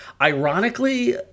ironically